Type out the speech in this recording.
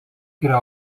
yra